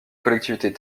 collectivités